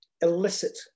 illicit